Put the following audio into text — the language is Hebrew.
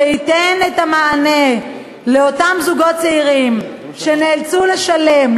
שייתן את המענה לאותם זוגות צעירים שנאלצו לשלם,